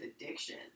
addiction